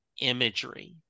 imagery